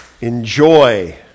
enjoy